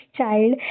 child